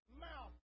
mouth